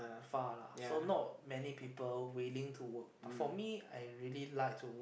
far lah so not many people willing to walk but for me I really like to walk